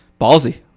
Ballsy